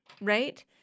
right